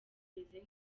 imeze